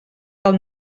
del